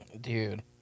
Dude